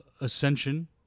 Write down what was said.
ascension